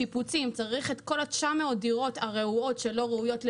שיפוצים צריך את כל 900 הדירות הרעועות שלא ראויות למגורים,